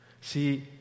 See